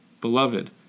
Beloved